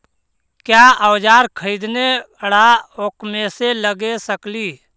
क्या ओजार खरीदने ड़ाओकमेसे लगे सकेली?